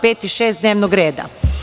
5) i 6) dnevnog reda.